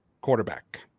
quarterback